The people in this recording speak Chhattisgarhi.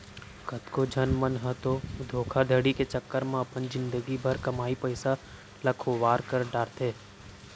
कतको झन मन ह तो धोखाघड़ी के चक्कर म अपन जिनगी भर कमाए पइसा ल खुवार कर डारथे